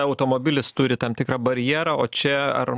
automobilis turi tam tikrą barjerą o čia ar